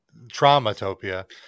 Traumatopia